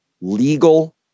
legal